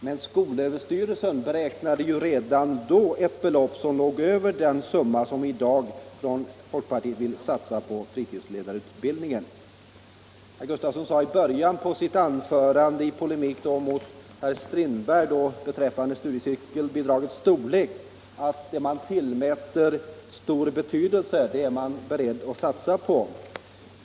Men skolöverstyrelsen beräknade redan då ett belopp som ligger över den ökning som folkpartiet i dag vill satsa på fritidsledarutbildningen. I början av sitt anförande sade herr Gustafsson i polemik med herr Strindberg beträffande studiecirkelbidragets storlek att det man tillmäter stor betydelse är man beredd att satsa på.